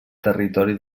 territori